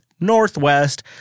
Northwest